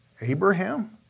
Abraham